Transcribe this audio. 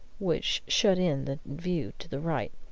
which shut in the view to the right,